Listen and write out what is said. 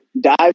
dive